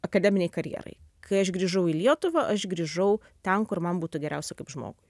akademinei karjerai kai aš grįžau į lietuvą aš grįžau ten kur man būtų geriausia kaip žmogui